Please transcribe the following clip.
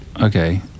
Okay